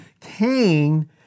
Cain